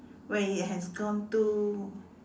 where it has gone to